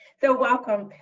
so. welcome.